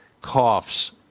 coughs